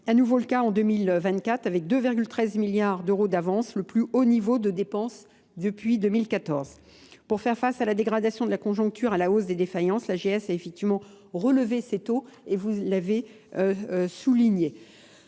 à nouveau le cas en 2024 avec 2,13 milliards d'euros d'avance, le plus haut niveau de dépenses depuis 2014. Pour faire face à la dégradation de la conjoncture à la hausse des défaillances, la GS a effectivement relevé ses taux et vous l'avez souligné.